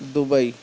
Dubai